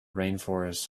rainforests